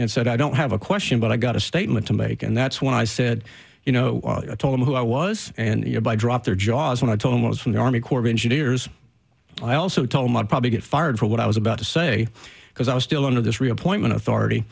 said i don't have a question but i got a statement to make and that's when i said you know i told him who i was and you know by drop their jaws when i told him i was from the army corps of engineers i also told me i'd probably get fired for what i was about to say because i was still under this reappointment authority